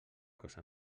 cosa